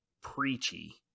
preachy